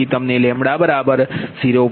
તેથી તમને λ 0